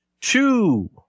Two